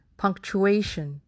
punctuation